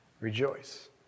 rejoice